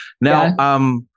Now